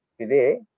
today